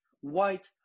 White